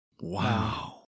Wow